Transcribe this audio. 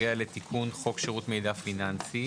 שנוגע לתיקון חוק שירות מידע פיננסי.